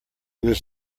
was